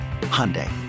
Hyundai